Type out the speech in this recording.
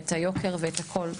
את היוקר ואת הכול.